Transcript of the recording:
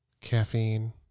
caffeine